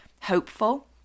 hopeful